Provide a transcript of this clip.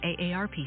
AARP